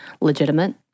legitimate